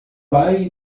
pai